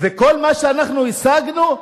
וכל מה שאנחנו השגנו,